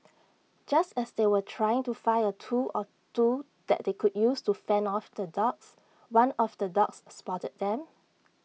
just as they were trying to find A tool or two that they could use to fend off the dogs one of the dogs spotted them